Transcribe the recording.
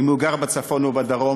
אם הוא גר בצפון או בדרום.